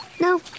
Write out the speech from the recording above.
No